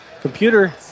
Computer